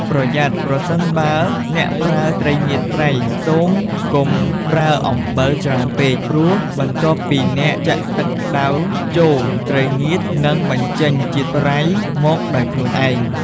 ប្រយ័ត្ន ប្រសិនបើអ្នកប្រើត្រីងៀតប្រៃ សូមកុំប្រើអំបិលច្រើនពេក ព្រោះបន្ទាប់ពីអ្នកចាក់ទឹកក្តៅចូល ត្រីងៀតនឹងបញ្ចេញជាតិប្រៃមកដោយខ្លួនឯង។